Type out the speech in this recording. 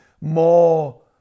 more